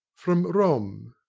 from rome.